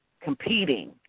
competing